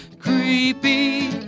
creepy